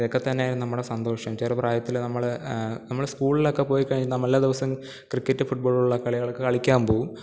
ഇതൊക്കെ തന്നെ ആയിരുന്നു നമ്മുടെ സന്തോഷം ചെറു പ്രായത്തിൽ നമ്മൾ നമ്മൾ സ്കൂളിലൊക്കെ പോയി കഴിയും നമ്മളെല്ലാ ദിവസ ക്രിക്കറ്റ് ഫുട് ബോൾ പോലെയുള്ള കളികളൊക്കെ കളിക്കാൻ പോകും